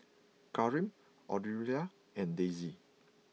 Kareem Aurelia and Daisy